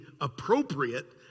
appropriate